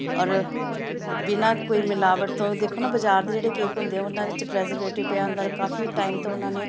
ਔਰ ਬਿਨਾਂ ਕੋਈ ਮਿਲਾਵਟ ਤੋਂ ਦੇਖੋ ਨਾ ਬਾਜ਼ਾਰ ਦੇ ਜਿਹੜੇ ਕੇਕ ਹੁੰਦੇ ਆ ਉਹਨਾਂ ਵਿੱਚ ਪ੍ਰੈਜਰੇਟਿਵ ਪਿਆ ਹੁੰਦਾ ਔਰ ਕਾਫੀ ਟਾਈਮ ਤੋਂ ਉਹਨਾਂ ਨੇ